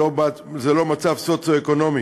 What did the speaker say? וזה לא מצב סוציו-אקונומי.